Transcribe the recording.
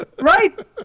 right